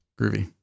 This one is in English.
Groovy